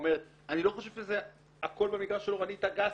--- אני לא חושב שזה הכל מידע של אורנית אגסי.